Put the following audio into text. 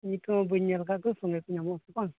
ᱱᱤᱛᱦᱚᱸ ᱵᱟᱹᱧ ᱧᱮᱞ ᱟᱠᱟᱫ ᱠᱚ ᱥᱚᱸᱜᱮᱛᱮ ᱧᱟᱢᱚᱜᱼᱟ ᱥᱮ ᱵᱟᱝ